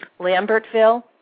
Lambertville